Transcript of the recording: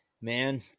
man